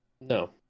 no